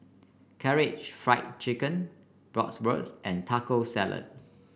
Karaage Fried Chicken Bratwurst and Taco Salad